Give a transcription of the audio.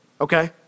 okay